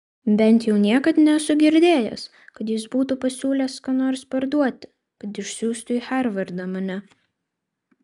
bent jau niekad nesu girdėjęs kad jis būtų pasiūlęs ką nors parduoti kad išsiųstų į harvardą mane